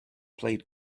played